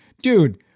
Dude